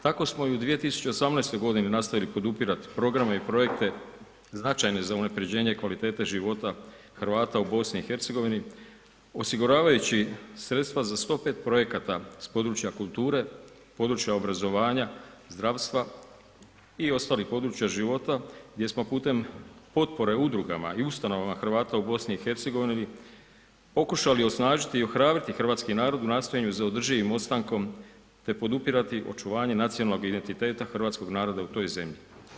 Tako smo i u 2018. nastavili podupirati programe i projekte značajne za unaprjeđenje kvalitete života Hrvata u BiH-u osiguravajući sredstva za 105 projekata s područja kulture, područja obrazovanja, zdravstva i ostalih područja života gdje smo putem potpore udrugama i ustanovama Hrvata u BiH-u, pokušali osnažiti i ohrabriti hrvatski narod u nastojanju za održivim ostankom te podupirati očuvanje nacionalnog identiteta hrvatskog naroda u toj zemlji.